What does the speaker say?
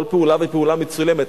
כל פעולה ופעולה מצולמת,